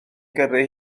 gyrru